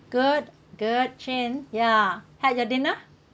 good good Ching ya had your dinner